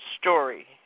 story